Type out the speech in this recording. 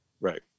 Right